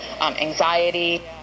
anxiety